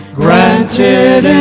granted